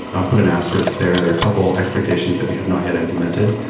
i'll put an asterisk there. there are a couple expectations that we have not yet implemented,